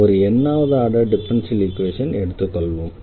எனவே ஒரு n வது ஆர்டர் டிஃபரன்ஷியல் ஈக்வேஷனை எடுத்துக்கொள்வோம்